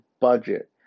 budget